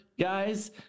Guys